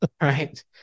Right